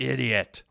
Idiot